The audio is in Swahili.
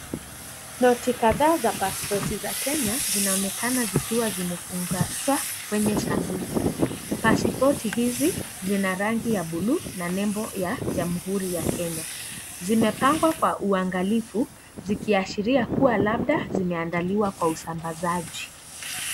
Noti kadhaa za passport za Kenya zinaonekana zimefungwa kwenye sanduku. passport hizi zina rangi ya blue na nembo ya jamhuri ya Kenya. Zimepangwa kwa uhangalifu zikiashiria kuwa labda zimeandaliwa kwa usambazaji.